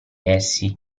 essi